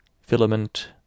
filament